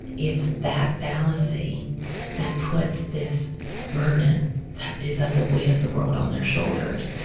it's that fallacy that puts this burden that is of the weight of the world on their shoulders,